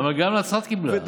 גם נצרת קיבלה.